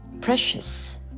precious